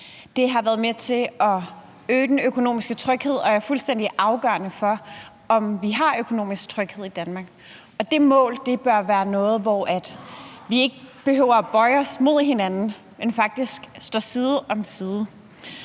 har været med til at øge den økonomiske tryghed og er fuldstændig afgørende for, om vi har økonomisk tryghed i Danmark. Og det mål bør være noget, hvor vi ikke behøver at bøje os mod hinanden, men faktisk stå side om side.